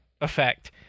effect